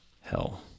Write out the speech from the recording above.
hell